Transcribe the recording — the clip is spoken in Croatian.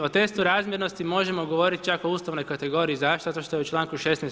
O testu razmjernosti možemo govorit čak o ustavnoj kategoriji, zašto, zato što je u članku 16.